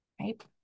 right